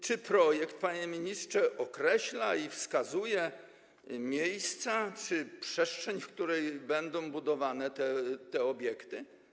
Czy projekt, panie ministrze, określa i wskazuje miejsca czy przestrzeń, w której będą budowane te obiekty?